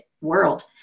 world